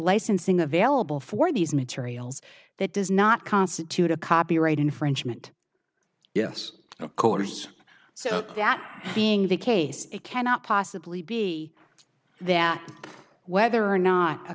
licensing available for these materials that does not constitute a copyright infringement yes of course so that being the case it cannot possibly be that whether or not a